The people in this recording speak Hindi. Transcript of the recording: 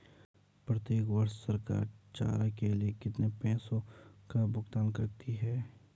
प्रत्येक वर्ष सरकार चारा के लिए कितने पैसों का भुगतान करती है?